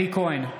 אלי כהן,